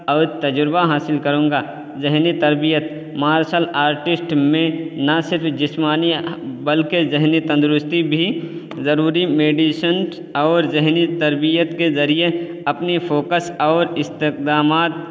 اور تجربہ حاصل کروں گا ذہنی تربیت مارشل آرٹسٹ میں نہ صرف جسمانی بلکہ ذہنی تندرستی بھی ضروری میڈیسنٹ اور ذہنی تربیت کے ذریعے اپنی فوکس اور استعداد